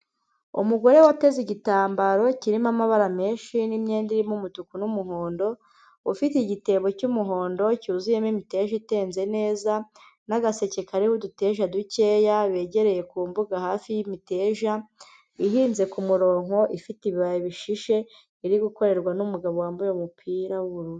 Umugore wateze igitambaro kirimo amabara menshi n'imyenda irimo umutuku n'umuhondo, ufite igitebo cy'umuhondo cyuzuyemo imiteja itenze neza, n'agaseke karimo uduteja dukeya, begereye ku mbuga hafi y'imiteja, ihinze kumuronko, ifite ibibabi bishishe, iri gukorerwa n'umugabo wambaye umupira w'ubururu.